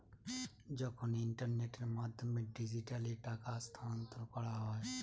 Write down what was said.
যখন ইন্টারনেটের মাধ্যমে ডিজিট্যালি টাকা স্থানান্তর করা হয়